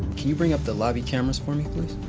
can you bring up the lobby cameras for me please?